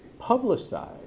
publicize